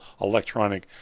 electronic